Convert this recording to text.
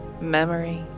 memory